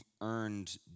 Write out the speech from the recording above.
earned